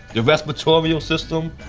your respiratorial system,